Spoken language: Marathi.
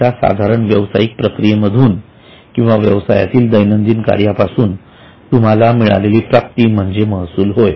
तुमच्या साधारण व्यवसायिक प्रक्रियेमधून किंवा व्यवसायातील दैनंदिन कार्यापासून तुम्हाला मिळालेली प्राप्ती म्हणजे महसूल होय